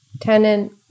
tenant